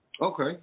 Okay